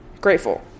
Grateful